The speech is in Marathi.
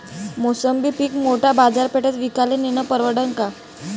मोसंबी पीक मोठ्या बाजारपेठेत विकाले नेनं परवडन का?